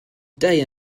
day